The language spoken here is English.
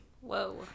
Whoa